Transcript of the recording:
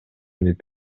деп